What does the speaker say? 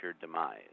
demise